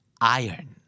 Iron